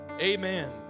Amen